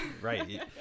right